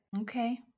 Okay